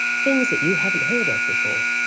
things that you haven't heard of before.